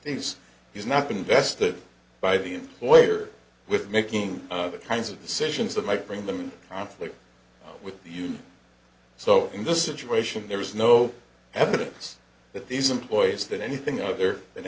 been invested by the employer with making other kinds of decisions that might bring them in conflict with you so in this situation there is no evidence that these employees that anything other than